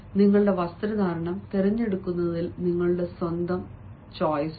നിങ്ങളുടെ വസ്ത്രധാരണം തിരഞ്ഞെടുക്കുന്നതിൽ നിങ്ങളുടെ സ്വന്തം ചോയ്സ് ഉണ്ട്